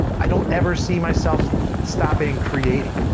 i don't ever see myself stopping creating,